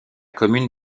commune